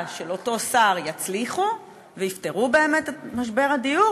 של אותו שר יצליחו ויפתרו באמת את משבר הדיור,